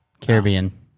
Caribbean